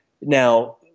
Now